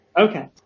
Okay